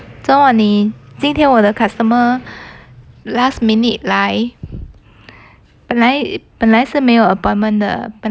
昨晚你今天我的 customer last minute 来本来本来是没有 appointment 的